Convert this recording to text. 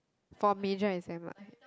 for major exam ah